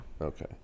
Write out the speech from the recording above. Okay